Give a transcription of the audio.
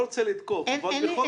יזיק.